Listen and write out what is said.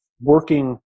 working